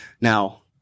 Now